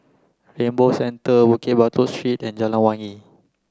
Rainbow Centre Bukit Batok Street and Jalan Wangi